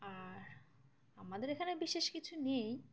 আর আমাদের এখানে বিশেষ কিছু নেই